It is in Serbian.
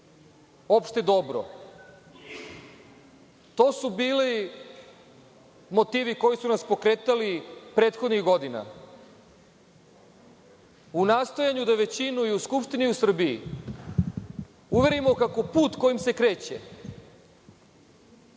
opšte dobro, to su bili motivi koji su nas pokretali prethodnih godina, u nastojanju da većinu i u Skupštini i u Srbiji uverimo kako put kojim se kreće